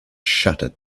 shattered